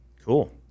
cool